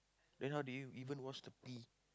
then how do you even wash the pee